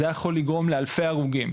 זה היה יכול לגרום לאלפי הרוגים,